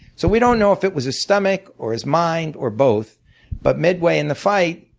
so we don't know if it was his stomach, or his mind, or both but midway in the fight,